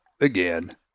again